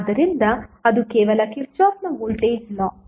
ಆದ್ದರಿಂದ ಅದು ಕೇವಲ ಕಿರ್ಚಾಫ್ನ ವೋಲ್ಟೇಜ್ ಲಾ